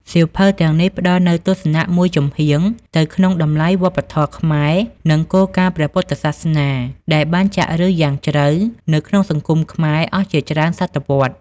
សៀវភៅទាំងនេះផ្ដល់នូវទស្សនៈមួយចំហៀងទៅក្នុងតម្លៃវប្បធម៌ខ្មែរ និងគោលការណ៍ព្រះពុទ្ធសាសនា ដែលបានចាក់ឫសយ៉ាងជ្រៅនៅក្នុងសង្គមខ្មែរអស់ជាច្រើនសតវត្សរ៍។